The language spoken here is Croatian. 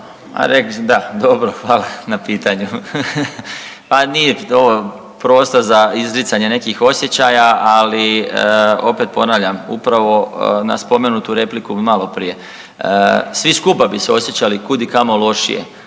dobro, hvala na pitanju. Pa nije ovo prostor za izricanje nekih osjećaja, ali opet ponavljam upravo na spomenutu repliku malo prije svi skupa bi se osjećali kud i kamo lošije